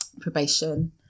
probation